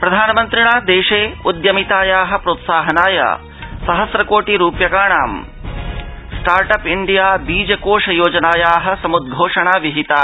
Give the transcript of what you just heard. प्रधानमन्त्रिणा देशे उद्यमितायाः प्रोत्साहनार्थं सहस्र कोटि रूप्यकाणां स्टार्ट अप इण्डिया बीजकोष योजनायाः समुद्घोषणा विहिता